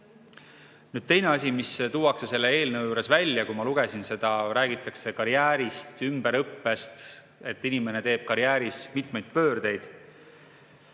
Teine asi, mis tuuakse selle eelnõu juures välja, ma lugesin seda, et räägitakse karjäärist, ümberõppest, et inimene teeb karjääris mitmeid pöördeid.